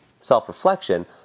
self-reflection